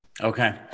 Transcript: Okay